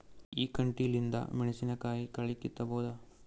ಈ ಕಂಟಿಲಿಂದ ಮೆಣಸಿನಕಾಯಿ ಕಳಿ ಕಿತ್ತಬೋದ?